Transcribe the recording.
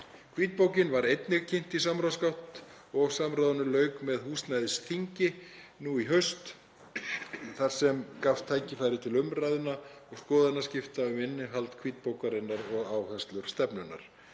Hvítbókin var einnig kynnt í samráðsgátt og samráðinu lauk með húsnæðisþingi nú í haust þar sem gafst tækifæri til umræðna og skoðanaskipta um innihald hvítbókarinnar og áherslur stefnunnar.